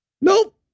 Nope